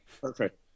Perfect